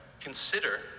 Consider